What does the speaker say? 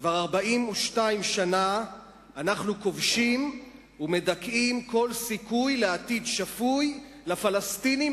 כבר 42 שנה אנחנו כובשים ומדכאים כל סיכוי לעתיד שפוי לפלסטינים,